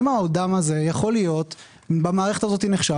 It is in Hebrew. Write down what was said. האם האדם הזה יכול להיות במערכת הזאת נחשב